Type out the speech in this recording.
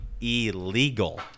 illegal